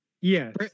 Yes